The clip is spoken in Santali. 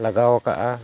ᱞᱟᱜᱟᱣ ᱠᱟᱜᱼᱟ